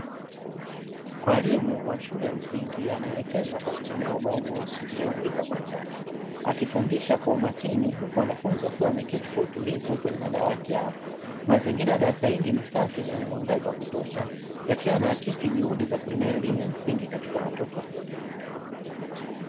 Mwalimu wa shule ya msingi anaelekeza kwa kutumia ubao mweusi ulioandikwa kwa chaki, akifundisha kwa umakini huku wanafunzi wakiwa wameketi kwa utulivu kwenye madawati yao. mMazingira ya darasa hili ni safi na ya mwangaza wa kutosha yakiwa yanaakisi juhudi za kuinua elimu ya msingi katika watoto.